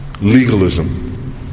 legalism